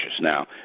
now